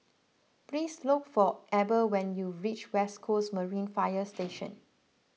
please look for Eber when you reach West Coast Marine Fire Station